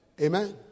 Amen